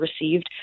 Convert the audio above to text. received